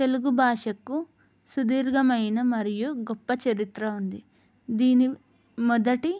తెలుగు భాషకు సుదీర్ఘమైన మరియు గొప్ప చరిత్ర ఉంది దీని మొదటి